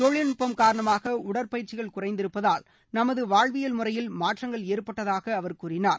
தொழில்நுட்பம் காரணமாக உடற்பயிற்சிகள் குறைந்திருப்பதால் நமது வாழ்வியல் முறையில் மாற்றங்கள் ஏற்பட்டதாக அவர் கூறினார்